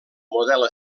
model